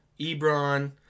Ebron